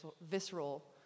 visceral